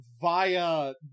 via